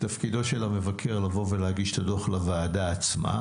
ותפקיד המבקר להגיש את הדוח לוועדה עצמה